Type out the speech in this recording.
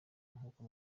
nk’uko